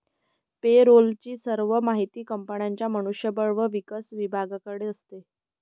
पे role ची सर्व माहिती कंपनीच्या मनुष्य बळ व विकास विभागाकडे असते